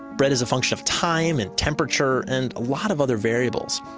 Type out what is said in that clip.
bread is a function of time and temperature, and a lot of other variables.